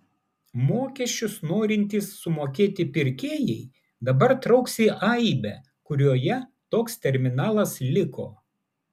mokesčius norintys sumokėti pirkėjai dabar trauks į aibę kurioje toks terminalas liko